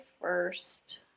first